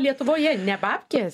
lietuvoje ne bapkės